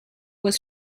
was